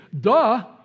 Duh